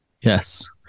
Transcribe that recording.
Yes